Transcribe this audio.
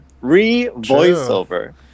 re-voiceover